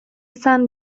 izan